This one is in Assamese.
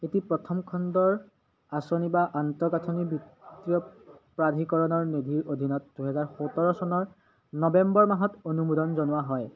এটি প্ৰথমখণ্ডৰ আঁচনি বা আন্তঃগাঁথনি বৃত্তীয় প্ৰাধিকৰণৰ নিধীৰ অধীনত দুহেজাৰ সোতৰ চনৰ নৱেম্বৰ মাহত অনুমোদন জনোৱা হয়